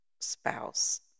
spouse